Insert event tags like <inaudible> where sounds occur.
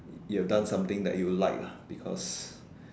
you you've done something that you like ah because <breath>